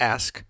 Ask